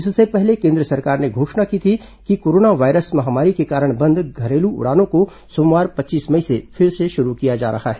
इससे पहले केन्द्र सरकार ने घोषणा की थी कि कोरोना वायरस महामारी के कारण बंद घरेलू उड़ानों को सोमवार पच्चीस मई से फिर से शुरू किया जा रहा है